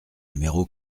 numéro